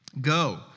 Go